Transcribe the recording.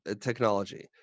technology